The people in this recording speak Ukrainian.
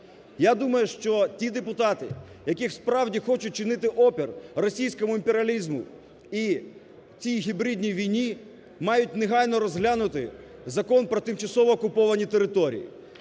Я думаю, що ті депутати, які справді хочуть чинити опір російському імперіалізму і цій гібридній війні, мають негайно розглянути Закон "Про тимчасово окуповані території",